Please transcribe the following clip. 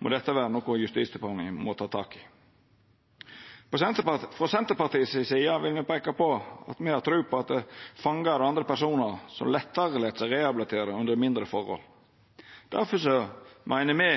må dette vera noko Justisdepartementet må ta tak i. Frå Senterpartiet si side vil me peika på at me har tru på at fangar og andre personar lettare lèt seg rehabilitera under mindre forhold. Difor meiner me